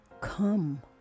come